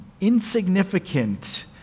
insignificant